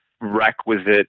requisite